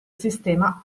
sistema